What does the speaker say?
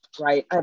right